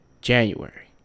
January